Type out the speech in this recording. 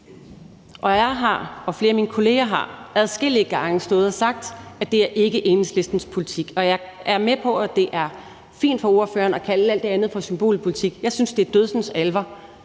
Og jeg og flere af mine kollegaer har adskillige gange stået og sagt, at det ikke er Enhedslistens politik. Jeg er med på, at det er fint for ordføreren at kalde alt det andet for symbolpolitik, men jeg synes, det er dødsensalvorligt,